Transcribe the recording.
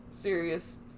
serious